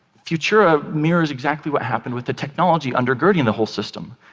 futura mirrors exactly what happened with the technology undergirding the whole system.